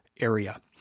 area